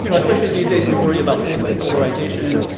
you know especially these days, we worry about political polarization.